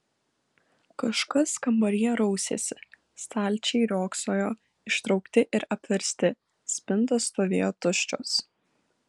kažkas kambaryje rausėsi stalčiai riogsojo ištraukti ir apversti spintos stovėjo tuščios